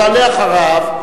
תעלה אחריו,